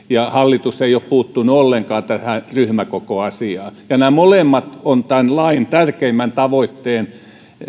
ja hallitus ei ole puuttunut ollenkaan tähän ryhmäkokoasiaan nämä molemmat ovat tämän lain tärkeimmän tavoitteen